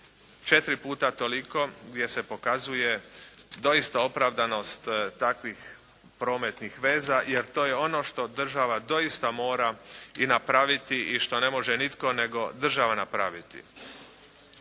četiri puta toliko gdje se pokazuje doista opravdanost takvih prometnih veza jer to je ono što država doista mora i napraviti i što ne može nitko nego država napraviti.